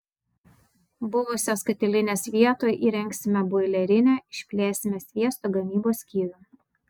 buvusios katilinės vietoj įrengsime boilerinę išplėsime sviesto gamybos skyrių